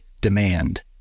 demand